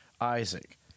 Isaac